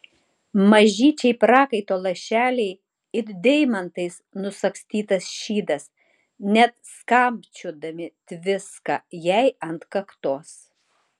mažyčiai prakaito lašeliai it deimantais nusagstytas šydas net skambčiodami tviska jai ant kaktos